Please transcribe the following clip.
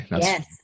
Yes